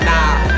Nah